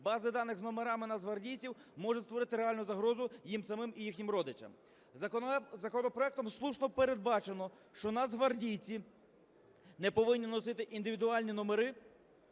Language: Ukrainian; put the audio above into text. бази даних з номерами нацгвардійців може створити реальну загрозу їм самим і їхнім родичам. Законопроектом слушно передбачено, що нацгвардійці не повинні носити індивідуальні номери